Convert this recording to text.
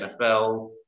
NFL